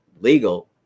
legal